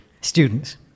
Students